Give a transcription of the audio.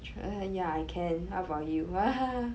tr~ yeah I can how about you